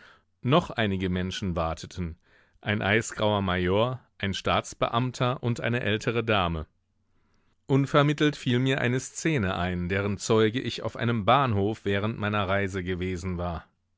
noch einige menschen warteten ein eisgrauer major ein staatsbeamter und eine ältere dame unvermittelt fiel mir eine szene ein deren zeuge ich auf einem bahnhof während meiner reise gewesen war